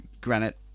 granite